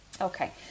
Okay